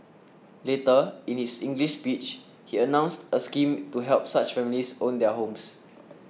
later in his English speech he announced a scheme to help such families own their homes